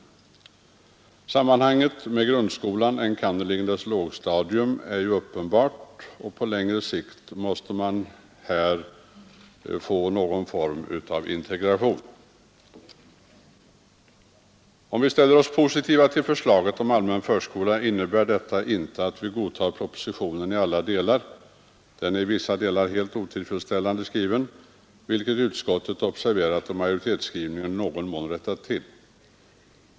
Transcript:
Förskolans samband med grundskolan, enkannerligen dess lågstadium, är uppenbart, och på längre sikt måste man här få till stånd någon form av integration. Om vi ställer oss positiva till förslaget om allmän förskola så innebär det inte att vi godtar propositionen i alla delar. Den är i vissa delar helt otillfredsställande, vilket utskottet i majoritetsskrivningen observerat och i någon mån rättat till.